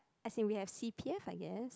as seem we have C_P_F I guess